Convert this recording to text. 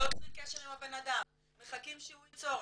לא יוצרים קשר עם הבנאדם, מחכים שהוא ייצור.